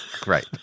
great